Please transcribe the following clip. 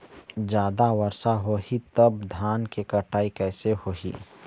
जादा वर्षा होही तब धान के कटाई कैसे होही?